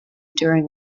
during